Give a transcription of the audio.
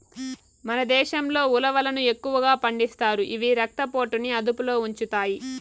మన దేశంలో ఉలవలను ఎక్కువగా పండిస్తారు, ఇవి రక్త పోటుని అదుపులో ఉంచుతాయి